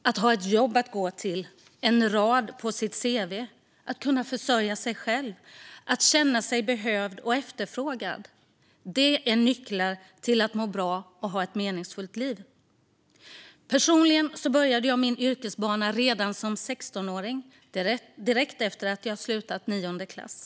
Att ha ett jobb att gå till och ha en rad på sitt cv, att kunna försörja sig själv och att känna sig behövd och efterfrågad är nycklar till att må bra och ha ett meningsfullt liv. Personligen började jag min yrkesbana redan som 16-åring, direkt efter att jag slutat nionde klass.